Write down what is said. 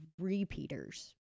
repeaters